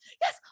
Yes